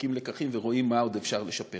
מפיקים לקחים ורואים מה עוד אפשר לשפר.